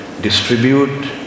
distribute